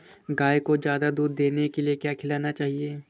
गाय को ज्यादा दूध देने के लिए क्या खिलाना चाहिए?